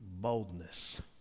boldness